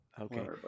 okay